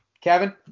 Kevin